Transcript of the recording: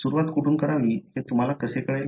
आता सुरुवात कुठून करावी हे तुम्हाला कसे कळेल